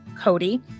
Cody